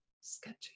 sketchy